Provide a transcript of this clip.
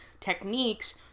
techniques